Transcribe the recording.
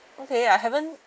okay I haven't